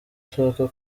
ashaka